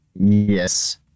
Yes